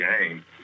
game